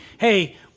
hey